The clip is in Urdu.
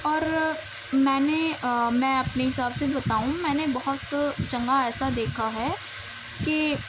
اور میں نے میں اپنے حساب سے بتاؤں میں نے بہت جگہ ایسا دیکھا ہے کہ